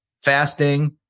fasting